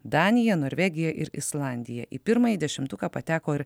danija norvegija ir islandija į pirmąjį dešimtuką pateko ir